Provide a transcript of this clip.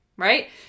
right